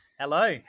hello